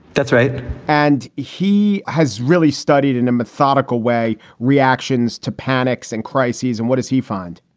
that's right and he has really studied in a methodical way reactions to panics and crises. and what does he find?